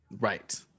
Right